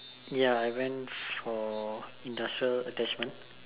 ya I went for industrial attachment